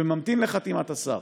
ממתין לחתימת השר.